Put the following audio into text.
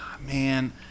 Man